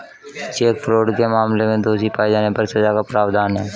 check fraud के मामले में दोषी पाए जाने पर सजा का प्रावधान है